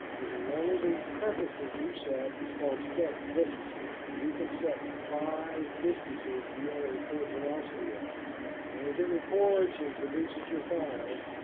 is in one of the preferences you set, is called set distances. you can set five distances you to record velocity at. and as it records and produces your files,